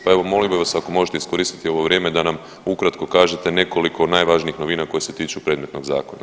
Pa evo molio bih vas ako možete iskoristiti ovo vrijeme da nam ukratko kažete nekoliko najvažnijih novina koje se tiču predmetnog zakona.